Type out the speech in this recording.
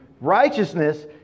righteousness